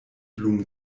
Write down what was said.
blumen